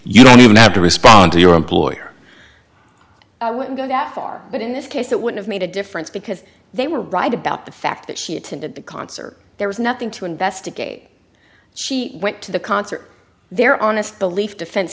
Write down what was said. you don't even have to respond to your employer i wouldn't go that far but in this case it would have made a difference because they were right about the fact that she attended the concert there was nothing to investigate she went to the concert their honest belief defen